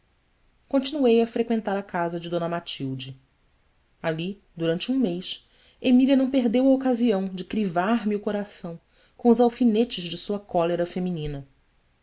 continuei a freqüentar a casa de d matilde ali durante um mês emília não perdeu ocasião de crivarme o coração com os alfinetes de sua cólera feminina